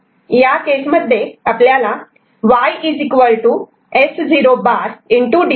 या केसमध्ये Y S0'